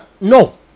no